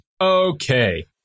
Okay